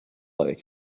avec